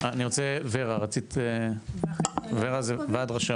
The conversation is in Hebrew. תודה רבה, אני רוצה ור"ה, ור"ה זה ועד ראשי